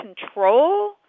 control